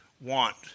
want